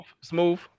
smooth